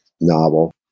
novel